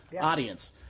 audience